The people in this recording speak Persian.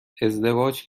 ازدواج